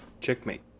Checkmate